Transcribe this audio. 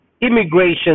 immigration